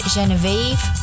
Genevieve